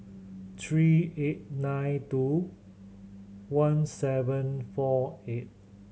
three eight nine two one seven four eight